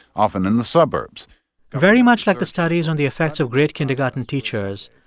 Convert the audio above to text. often in the suburbs very much like the studies on the effects of great kindergarten teachers,